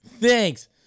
Thanks